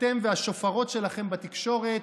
אתם והשופרות שלכם בתקשורת,